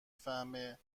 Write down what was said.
فهمه